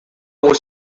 was